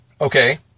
okay